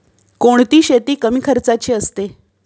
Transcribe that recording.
कोणती शेती कमी खर्चाची असते?